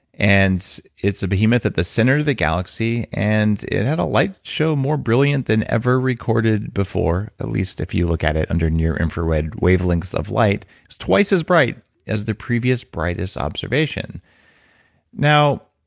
and it's a behemoth at the center of the galaxy, and it had a light show more brilliant than ever recorded before. at least if you look at it under near infrared wavelengths of light, it's twice as bright as the previous brightest observation now,